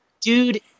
Dude